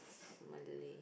malay